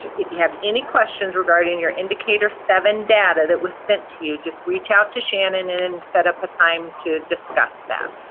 if you have any questions regarding your indicator seven data that was sent to you, just reach out to shannon and set up a time to discuss that.